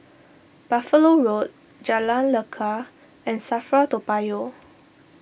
Buffalo Road Jalan Lekar and Safra Toa Payoh